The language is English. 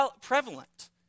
prevalent